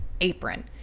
apron